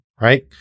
right